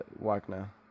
Wagner